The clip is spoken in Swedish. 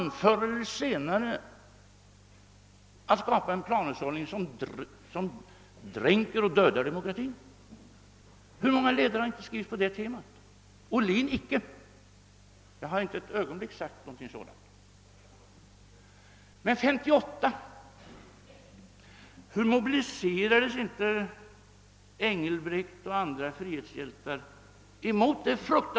Där fritar jag icke herr Ohlin och icke herr Wedén.